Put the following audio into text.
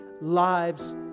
lives